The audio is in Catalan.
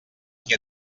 qui